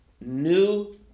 new